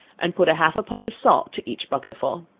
and put half a pint of salt to each bucket full.